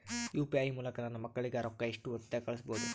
UPI ಮೂಲಕ ನನ್ನ ಮಕ್ಕಳಿಗ ರೊಕ್ಕ ಎಷ್ಟ ಹೊತ್ತದಾಗ ಕಳಸಬಹುದು?